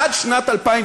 עד שנת 2009